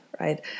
right